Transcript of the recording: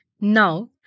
Now